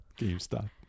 GameStop